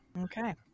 Okay